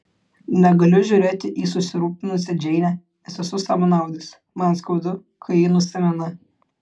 negaliu žiūrėti į susirūpinusią džeinę nes esu savanaudis man skaudu kai ji nusimena